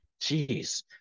jeez